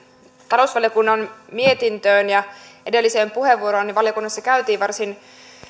talousvaliokunnan mietintöön ja edelliseen puheenvuoroon liittyen että valiokunnassa käytiin varsin